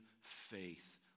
faith